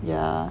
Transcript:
yeah